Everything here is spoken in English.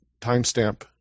timestamp